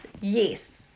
yes